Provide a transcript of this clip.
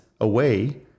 away